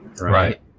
right